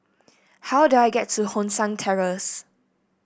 how do I get to Hong San Terrace